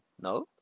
No